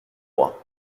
bras